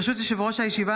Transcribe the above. ברשות יושב-ראש הישיבה,